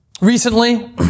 recently